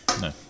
No